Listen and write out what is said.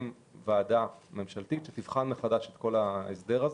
ועדה ממשלתית שתבחן מחדש את ההסדר.